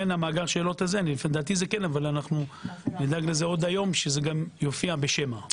נדאג עוד היום שמאגר השאלות הזה יופיע בשמע.